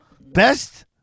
best